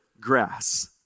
grass